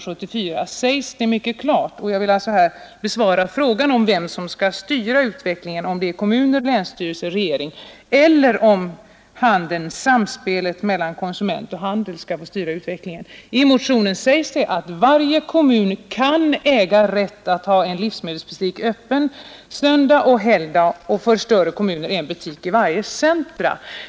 Jag skall försöka besvara frågan om vem som skall styra utvecklingen, om det är kommunerna, länsstyrelserna, regeringen eller om det är ”samspelet” mellan handeln och konsumenterna, som herr Romanus kallade det. I motionen står det att varje kommun kan äga rätt att ha en livsmedelsbutik öppen söndag och helgdag och i större kommuner en butik i varje centrum.